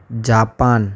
Japan